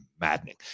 maddening